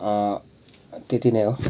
त्यति नै हो